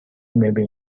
maybe